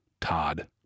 Todd